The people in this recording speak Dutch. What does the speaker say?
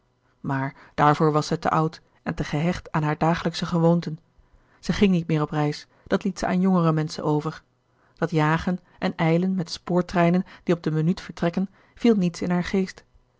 maar daarvoor was zij te oud en te gehecht aan hare dagelijksche gewoonten zij ging niet meer op reis dat liet zij aan jongere menschen over dat jagen en ijlen met spoorgerard keller het testament van mevrouw de tonnette treinen die op de minuut vertrekken viel niets in haar geest